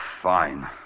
fine